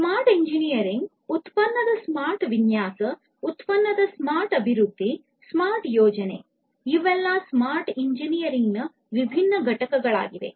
smart engineering ಉತ್ಪನ್ನದ smart ವಿನ್ಯಾಸ ಉತ್ಪನ್ನದ ಸ್ಮಾರ್ಟ್ ಅಭಿವೃದ್ಧಿ ಸ್ಮಾರ್ಟ್ ಯೋಜನೆ ಇವೆಲ್ಲವೂ ಸ್ಮಾರ್ಟ್ ಎಂಜಿನಿಯರಿಂಗ್ನ ವಿಭಿನ್ನ ಘಟಕಗಳಾಗಿವೆ